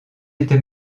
était